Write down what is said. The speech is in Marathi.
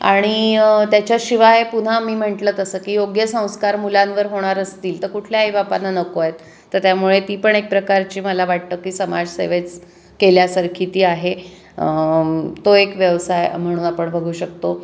आणि त्याच्याशिवाय पुन्हा मी म्हंटलं तसं की योग्य संस्कार मुलांवर होणार असतील तर कुठल्याही बापांना नको आहेत तर त्यामुळे ती पण एक प्रकारची मला वाटतं की समाजसेवेच केल्यासारखी ती आहे तो एक व्यवसाय म्हणून आपण बघू शकतो